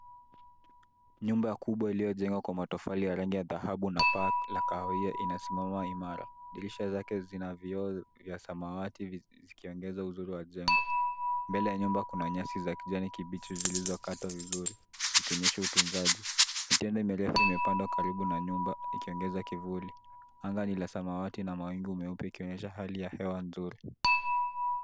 Nyumba kubwa iliyojengwa kwa matofali ya rangi ya dhahabu na paa la kahawia inasimama imara. Dirisha zake zina vioo vya samawati zikiongeza uzuri wa jengo. Mbele ya nyumba kuna nyasi za kijani kibichi zilizokatwa vizuri zikionyesha utunzaji. Mitende mirefu imepandwa karibu na nyumba ikiongeza kivuli anga ni la samawati na mawingu meupe ikionyesha hali ya hewa nzuri.